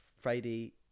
Friday